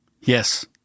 Yes